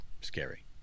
scary